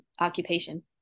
occupation